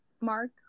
mark